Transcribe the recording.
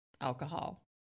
alcohol